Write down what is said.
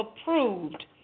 approved